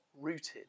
rooted